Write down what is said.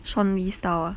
sean lee style